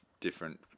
different